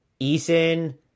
Eason